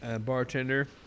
Bartender